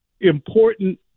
important